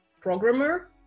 programmer